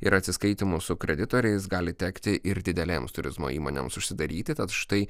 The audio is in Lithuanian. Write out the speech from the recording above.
ir atsiskaitymų su kreditoriais gali tekti ir didelėms turizmo įmonėms užsidaryti tad štai